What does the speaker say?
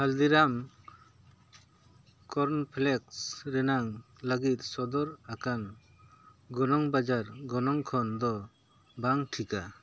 ᱦᱚᱞᱫᱤᱨᱟᱢ corn flakes ᱨᱮᱱᱟᱝ ᱞᱟᱹᱜᱤᱫ ᱥᱚᱫᱚᱨ ᱟᱠᱟᱱ ᱜᱚᱱᱚᱝ ᱵᱟᱡᱟᱨ ᱜᱚᱱᱚᱝ ᱠᱷᱚᱱ ᱫᱚ ᱵᱝ ᱴᱷᱤᱠᱟ